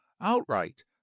outright